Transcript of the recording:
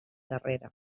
darrere